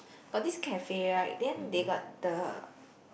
got this cafe right then they got the